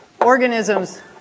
organisms